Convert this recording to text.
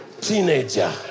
teenager